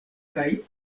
kaj